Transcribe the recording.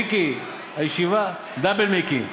מיקי, דאבל מיקי,